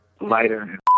lighter